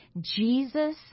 Jesus